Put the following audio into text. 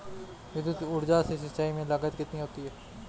विद्युत ऊर्जा से सिंचाई में लागत कितनी होती है?